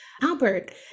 Albert